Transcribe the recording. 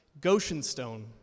Goshenstone